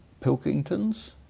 Pilkingtons